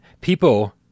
people